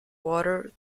water